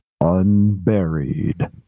Unburied